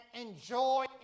enjoy